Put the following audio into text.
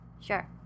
sure